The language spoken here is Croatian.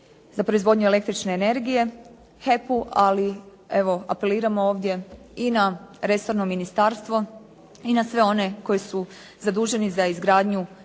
za proizvodnju električne energije HEP-u, ali evo apeliramo ovdje i na resorno ministarstvo i na sve one koji su zaduženi za izgradnju